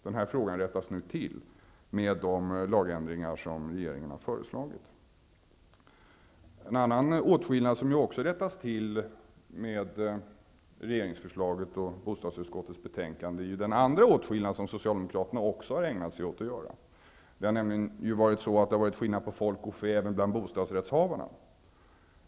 Den här saken rättas nu till med de lagändringar som regeringen har föreslagit. En annan åtskillnad som Socialdemokraterna har ägnat sig åt att göra och som också rättas till med regeringsförslaget och bostadsutskottets bestänkande är att det finns folk och fä även bland bostadsrättshavarna.